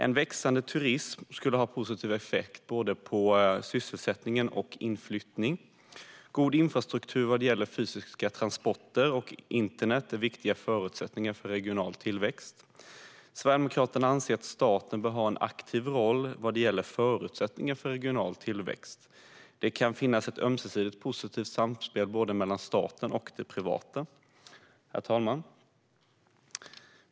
En växande turism skulle ha positiv effekt på både sysselsättning och inflyttning. God infrastruktur vad gäller fysiska transporter och internet är viktiga förutsättningar för regional tillväxt. Sverigedemokraterna anser att staten bör ha en aktiv roll vad gäller förutsättningar för regional tillväxt. Det kan finnas ett ömsesidigt positivt samspel mellan staten och det privata. Herr talman!